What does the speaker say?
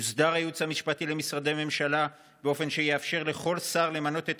יוסדר הייעוץ המשפטי למשרדי ממשלה באופן שיאפשר לכל שר למנות את